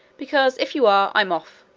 because if you are, i'm off.